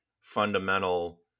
fundamental